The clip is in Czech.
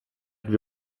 dvě